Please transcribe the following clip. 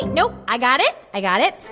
no, i got it. i got it.